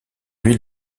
ville